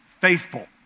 faithful